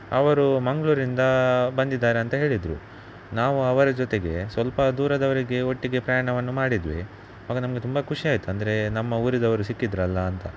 ಅವರು ಮಂಗಳೂರಿಂದ ಬಂದಿದ್ದಾರೆ ಅಂತ ಹೇಳಿದರು ನಾವು ಅವರ ಜೊತೆಗೆ ಸ್ವಲ್ಪ ದೂರದವರೆಗೆ ಒಟ್ಟಿಗೆ ಪ್ರಯಾಣವನ್ನು ಮಾಡಿದ್ವಿ ಆಗ ನಮಗೆ ತುಂಬ ಖುಷಿಯಾಯಿತು ಅಂದರೆ ನಮ್ಮ ಊರಿದವರು ಸಿಕ್ಕಿದರಲ್ಲ ಅಂತ